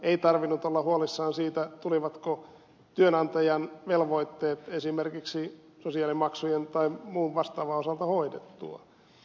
ei tarvinnut olla huolissaan siitä tulivatko työnantajan velvoitteet esimerkiksi sosiaalimaksujen tai muun vastaavan osalta hoidettua